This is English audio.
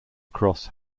across